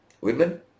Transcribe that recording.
women